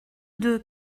deux